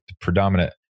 predominant